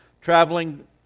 traveling